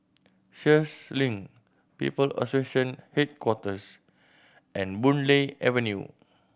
Sheares Link People Association Headquarters and Boon Lay Avenue